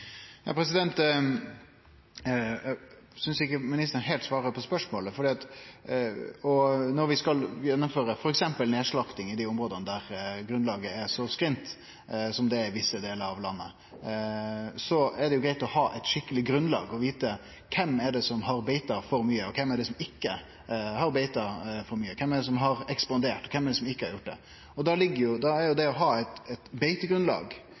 Eg synest ikkje ministeren heilt svarar på spørsmålet. Når vi skal gjennomføre f.eks. nedslakting i desse områda der grunnlaget er så skrint som det er i visse delar av landet, så er det greit å ha eit skikkeleg grunnlag og vite kven som har beita for mykje, og kven som ikkje har beita for mykje, kven som har ekspandert, og kven som ikkje har gjort det. Då er jo det å ha fastsett eit beitegrunnlag